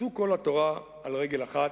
זו כל התורה על רגל אחת.